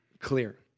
clear